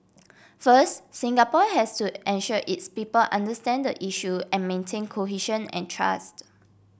first Singapore has to ensure its people understand the issue and maintain cohesion and trust